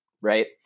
right